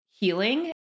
healing